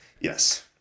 Yes